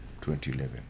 2011